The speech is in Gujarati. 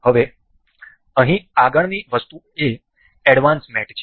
હવે અહીં આગળની વસ્તુ એ એડવાન્સ્ડ મેટ છે